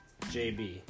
JB